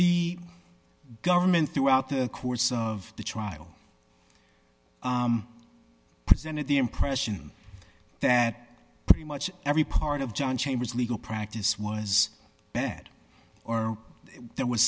the government throughout the course of the trial presented the impression that pretty much every part of john chambers legal practice was bad or there was